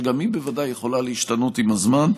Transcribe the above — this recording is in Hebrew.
שגם היא בוודאי יכולה להשתנות עם הזמן,